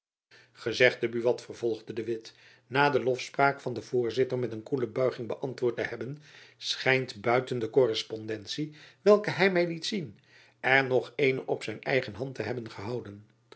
gezegde buat vervolgde de witt na de lofspraak van den voorzitter met een koele buiging beantwoord te hebben schijnt buiten de korrespondentie welke hy my liet zien er nog eene op zijn eigen hand te hebben gehouden